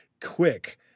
quick